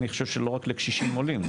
אני חושב שלא רק לקשישים עולים,